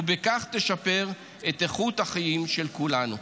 ובכך תשפר את איכות החיים של כולנו.